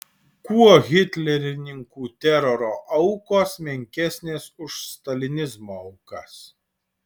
kuo hitlerininkų teroro aukos menkesnės už stalinizmo aukas